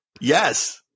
Yes